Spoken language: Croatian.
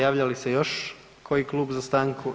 Javlja li se još koji klub za stanku?